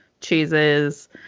cheeses